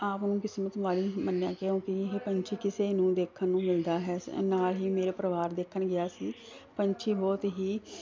ਆਪ ਨੂੰ ਕਿਸਮਤ ਵਾਲੀ ਮੰਨਿਆ ਕਿਉਂਕਿ ਇਹ ਪੰਛੀ ਕਿਸੇ ਨੂੰ ਦੇਖਣ ਨੂੰ ਮਿਲਦਾ ਹੈ ਨਾਲ ਹੀ ਮੇਰੇ ਪਰਿਵਾਰ ਦੇਖਣ ਗਿਆ ਸੀ ਪੰਛੀ ਬਹੁਤ ਹੀ